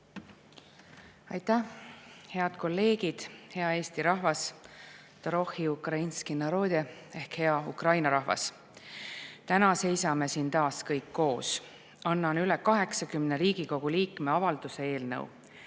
Aitäh! Head kolleegid! Hea Eesti rahvas! Dorohi Ukrainski narodeehkhea Ukraina rahvas! Täna seisame siin taas kõik koos. Annan üle 80 Riigikogu liikme avalduse eelnõu.